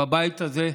בבית הזה,